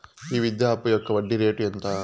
ఈ విద్యా అప్పు యొక్క వడ్డీ రేటు ఎంత?